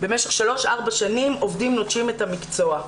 במשך 4-3 שנים עובדים נוטשים את המקצוע.